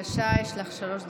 בבקשה, יש לך שלוש דקות.